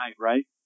right